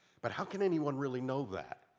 but how can anyone really know that?